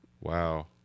Wow